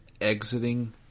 exiting